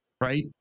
right